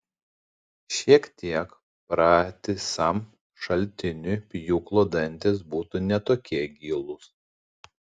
šiek tiek pratisam šaltiniui pjūklo dantys būtų ne tokie gilūs